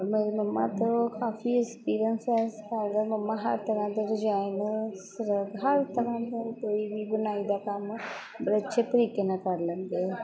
ਮੇਰੀ ਮੰਮਾ ਤੋਂ ਕਾਫੀ ਅਕਸਪੀਰੀਅੰਸ ਹੈ ਸਿਖਾਈ ਦਾ ਮੰਮਾ ਹਰ ਤਰ੍ਹਾਂ ਦੇ ਡਿਜ਼ਾਇਨ ਸ਼ਰੱਗ ਹਰ ਤਰ੍ਹਾਂ ਦਾ ਕੋਈ ਵੀ ਬੁਣਾਈ ਦਾ ਕੰਮ ਬੜੇ ਅੱਛੇ ਤਰੀਕੇ ਨਾਲ ਕਰ ਲੈਂਦੇ ਹੈ